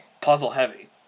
puzzle-heavy